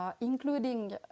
including